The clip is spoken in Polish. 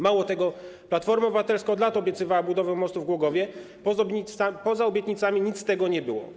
Mało tego, Platforma Obywatelska od lat obiecywała budowę mostu w Głogowie, poza obietnicami nic z tego nie było.